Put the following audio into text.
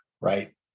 right